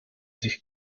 sich